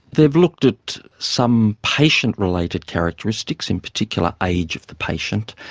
they've looked at some patient related characteristics, in particular age of the patient,